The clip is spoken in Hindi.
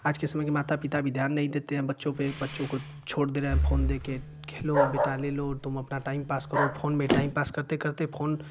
आज के समय पर माता पिता भी ध्यान नहीं देते हैं बच्चों पर बच्चों को छोड़ दे रहें हैं फोन दे कर खेलो बेटा ले लो तुम अपना टाइम पास करो फोन में टाइम पास करते करते फोन